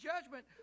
judgment